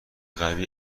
غربی